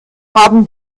haben